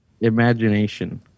imagination